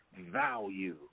value